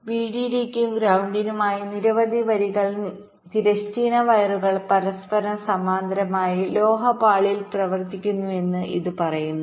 വിഡിഡിക്കും ഗ്രൌണ്ടിനുമായി നിരവധി വരികൾ തിരശ്ചീന വയറുകൾ പരസ്പരം സമാന്തരമായി ലോഹ പാളിയിൽ പ്രവർത്തിക്കുന്നുവെന്ന് ഇത് പറയുന്നു